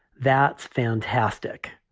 that's fantastic.